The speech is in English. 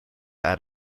add